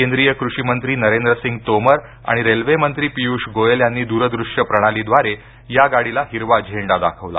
केंद्रीय कृषी मंत्री नरेंद्रसिंग तोमर आणि रेल्वे मंत्री पियुष गोयल यांनी द्रदूश्य प्रणालीद्वारे या गाडीला हिरवा झेंडा दाखवला